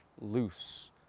loose